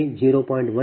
17750